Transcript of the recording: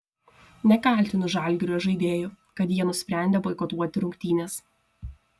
nekaltinu žalgirio žaidėjų kad jie nusprendė boikotuoti rungtynes